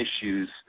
issues